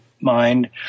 mind